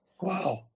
Wow